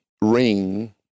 ring